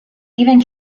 even